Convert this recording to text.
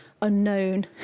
unknown